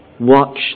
Watch